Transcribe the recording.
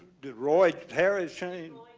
did roy harris change?